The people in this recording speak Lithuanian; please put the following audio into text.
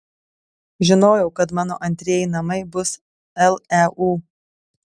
žinojau kad mano antrieji namai bus leu